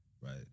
Right